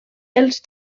els